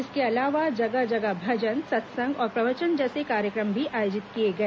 इसके अलावा जगह जगह भजन सत्संग और प्रवचन जैसे कार्यक्रम भी आयोजित किए गए